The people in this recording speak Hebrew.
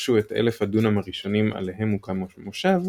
ורכשו את 1000 הדונם הראשונים עליהם הוקם המושב,